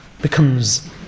becomes